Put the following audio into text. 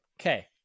Okay